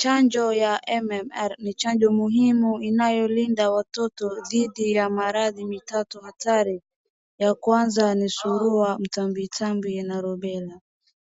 Chanjo ya MMR ni chanjo muhimu inayolinda watoto dhidi ya maradhi mitatu hatari. Ya kwanza ni Surua, Mtambitambi na Rubella.